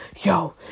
yo